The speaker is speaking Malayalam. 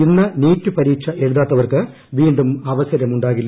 ഇന്ന് നീറ്റ് പരീക്ഷ എഴുതാത്തവർക്ക് വീണ്ടും അവസരം ഉണ്ടാകില്ല